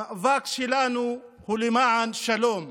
המאבק שלנו הוא למען שלום.